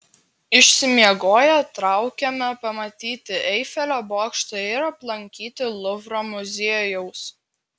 išsimiegoję traukėme pamatyti eifelio bokšto ir aplankyti luvro muziejaus